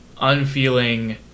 unfeeling